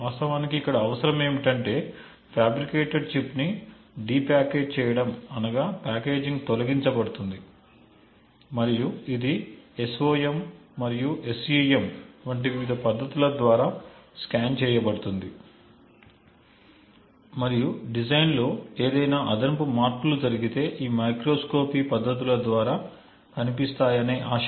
వాస్తవానికి ఇక్కడ అవసరం ఏమిటంటే ఫ్యాబ్రికేటెడ్ చిప్ని డి ప్యాకేజ్ చేయడం అనగా ప్యాకేజింగ్ తొలగించబడుతుంది మరియు ఇది SOM మరియు SEM వంటి వివిధ పద్ధతుల ద్వారా స్కాన్ చేయబడుతుంది మరియు డిజైన్లో ఏదైనా అదనపు మార్పులు జరిగితే ఈ మైక్రోస్కోపీ పద్ధతుల ద్వారా కనిపిస్తాయనే ఆశ